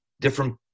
different